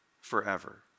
forever